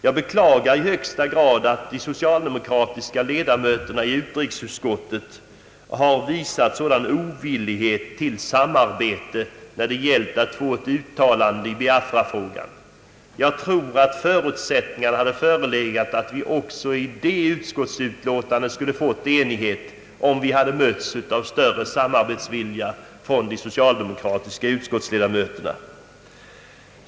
Jag beklagar i högsta grad att de socialdemokratiska ledamöterna i utrikesutskottet har visat sådan ovillighet till samarbete när det gällt att få ett uttalande i Biafrafrågan. Jag tror att förutsättningar hade förelegat för att vi också i det utskottsutlåtandet nått enighet, om vi hade mötts av större samarbetsvilja från de socialdemokratiska utskottsledamöterna.